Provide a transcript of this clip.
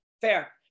Fair